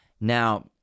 now